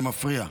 זה מפריע.